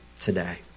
today